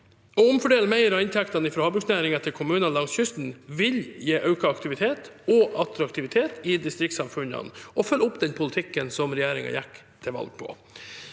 Å omfordele mer av inntektene fra havbruksnæringen til kommuner langs kysten vil gi økt aktivitet og attraktivitet i distriktssamfunnene og følger opp den politikken regjeringen gikk til valg på.